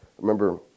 remember